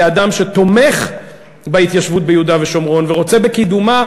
כאדם שתומך בהתיישבות ביהודה ושומרון ורוצה בקידומה,